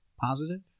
positive